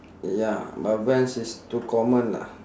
ya but vans is too common lah